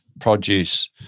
produce